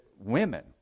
women